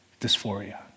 dysphoria